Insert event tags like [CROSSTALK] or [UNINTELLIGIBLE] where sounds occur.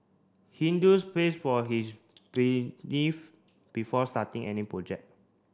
Hindus prays for his [NOISE] [UNINTELLIGIBLE] before starting any project